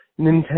Nintendo